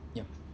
ya